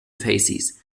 phases